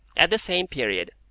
at the same period,